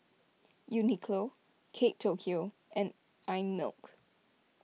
Uniqlo Kate Tokyo and Einmilk